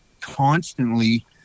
constantly